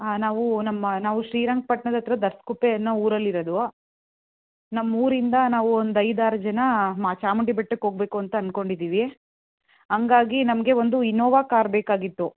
ಹಾಂ ನಾವು ನಮ್ಮ ನಾವು ಶ್ರೀರಂಗಪಟ್ಣದ ಹತ್ರ ದರಸ್ಗುಪ್ಪೆ ಅನ್ನೋ ಊರಲ್ಲಿರೋದು ನಮ್ಮ ಊರಿಂದ ನಾವು ಒಂದು ಐದಾರು ಜನ ಮ ಚಾಮುಂಡಿ ಬೆಟ್ಟಕ್ಕೆ ಹೋಗ್ಬೇಕು ಅಂತ ಅನ್ಕೊಂಡಿದೀವಿ ಹಂಗಾಗಿ ನಮಗೆ ಒಂದು ಇನೋವಾ ಕಾರ್ ಬೇಕಾಗಿತ್ತು